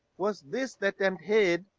was this that damned head,